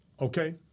okay